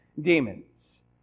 demons